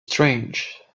strange